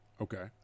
Okay